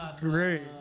Great